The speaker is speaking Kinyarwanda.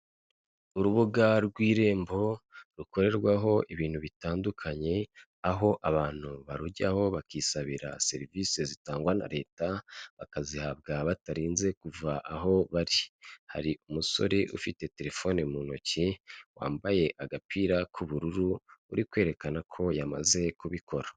Urubuga rw'irembo, rukorerwaho ibintu bitandukanye, aho abantu barujyaho bakisabira serivisi zitangwa na Leta, bakazihabwa batarinze kuva aho bari, hari umusore ufite telefoni mu ntoki, wambaye agapira k'ubururu, uri kwerekana ko yamaze kubikora.